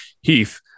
Heath